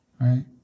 Right